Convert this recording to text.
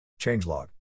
Changelog